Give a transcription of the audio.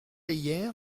hier